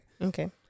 Okay